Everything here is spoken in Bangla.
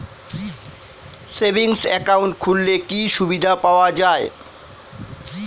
সেভিংস একাউন্ট খুললে কি সুবিধা পাওয়া যায়?